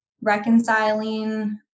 reconciling